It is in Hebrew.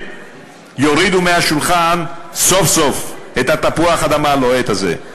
יורידו מהשולחן סוף-סוף את תפוח האדמה הלוהט הזה.